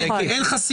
אין חסינות.